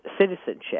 citizenship